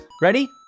Ready